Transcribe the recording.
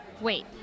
Wait